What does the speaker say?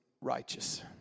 righteous